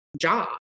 job